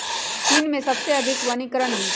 चीन में सबसे अधिक वनीकरण हई